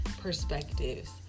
perspectives